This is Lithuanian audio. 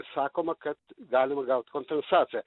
sakoma kad galima gaut kompensaciją